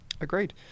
agreed